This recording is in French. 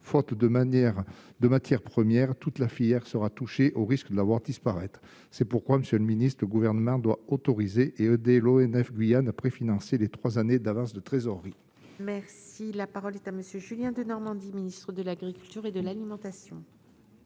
manière de matières premières, toute la filière sera touché au risque de la voir disparaître, c'est pourquoi, Monsieur le Ministre, le gouvernement doit autoriser et l'ONF Guyane après financer les 3 années d'avance de trésorerie. Merci, la parole est à monsieur Julien Denormandie Ministre de l'Agriculture et de l'alimentation.